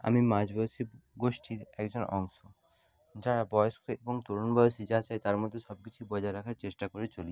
আমি মাঝবয়সী গোষ্ঠীর একজন অংশ যারা বয়স্ক এবং তরুণ বয়সী যে আছে তার মধ্যে সব কিছুই বজায় রাখার চেষ্টা করে চলি